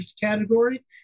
category